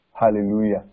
Hallelujah